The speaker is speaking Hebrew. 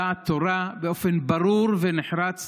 דעת תורה באופן ברור ונחרץ,